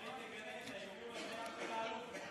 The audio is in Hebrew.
אולי היא תגנה את האיומים על חייו של האלוף.